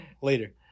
later